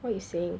what you saying